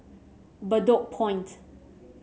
Bedok Point